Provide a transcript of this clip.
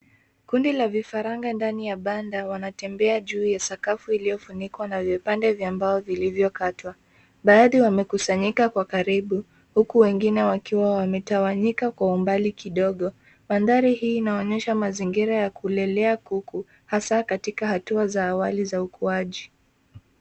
Kundi la vifaranga ndani ya banda wanatembea juu ya sakafu iliyofunikwa na vipande vya mbao vilivyokatwa. Baadhi wamekusanyika kwa karibu, huku wengine wakiwa wametawanyika kwa umbali kidogo. Mandhari hii inaonyesha mazingira ya kulelea kuku, hasa katika hatua za awali za ukuaji.